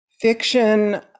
fiction